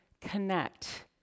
connect